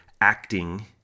acting